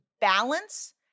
balance